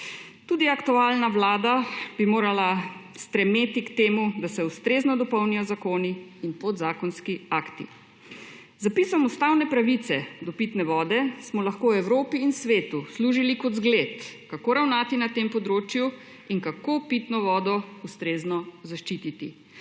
Tudi aktualna vlada bi morala stremeti k temu, da se ustrezno dopolnijo zakoni in podzakonski akti. Z vpisom ustavne pravice do pitne vode smo lahko Evropi in svetu služili kot zgled, kako ravnati na tem področju in kako pitno vodo ustrezno zaščititi.